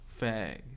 Fag